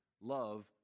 love